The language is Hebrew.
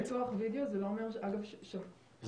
זה לא אומר ש -- נכון,